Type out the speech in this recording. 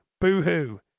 Boo-hoo